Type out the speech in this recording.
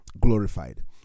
glorified